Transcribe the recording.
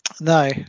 no